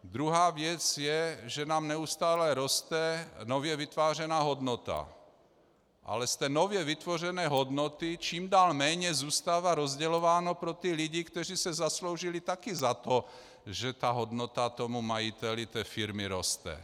Druhá věc je, že nám neustále roste nově vytvářená hodnota, ale z té nově vytvořené hodnoty čím dál méně zůstává rozdělováno pro ty lidi, kteří se zasloužili také o to, že hodnota majiteli té firmy roste.